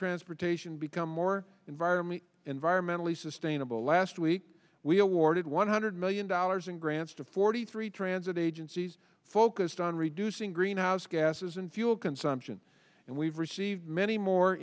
transportation become more environment environmentally sustainable last week we awarded one hundred million dollars in grants to forty three transit agencies focused on reducing greenhouse gases and fuel consumption and we've received many more